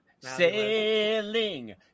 Sailing